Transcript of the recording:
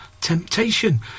Temptation